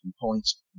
points